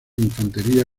infantería